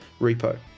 repo